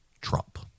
Trump